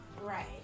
Right